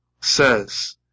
says